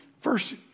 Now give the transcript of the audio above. first